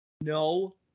no